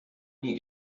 nie